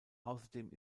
außerdem